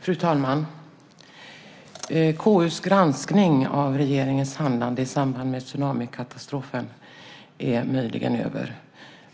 Fru talman! KU:s granskning av regeringens handlande i samband med tsunamikatastrofen är möjligen över,